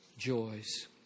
joys